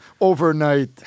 Overnight